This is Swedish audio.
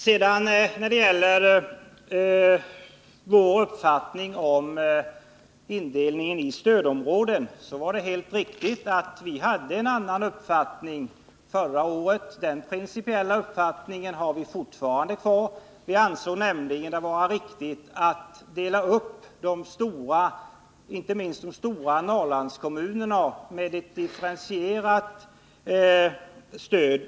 Det är riktigt att vi hade en annan uppfattning om indelningen i stödområden än riksdagsmajoriteten. Den principiella uppfattningen har vi fortfarande. Vi anser det således riktigt att dela upp inte minst de stora Norrlandskommunerna och ge ett differentierat stöd.